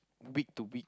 week to week